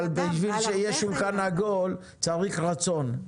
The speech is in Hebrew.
אבל בשביל שיהיה שולחן עגול, צריך רצון.